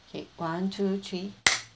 okay one two three